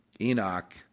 Enoch